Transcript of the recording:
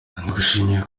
ndagushimiye